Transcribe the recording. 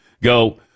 go